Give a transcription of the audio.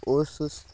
اوسُس